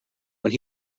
when